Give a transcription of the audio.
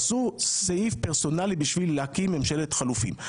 עשו סעיף פרסונלי כדי להקים ממשלת חילופין,